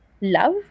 love